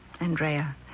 Andrea